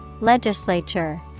Legislature